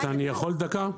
אני יכול חצי דקה?